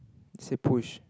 seat push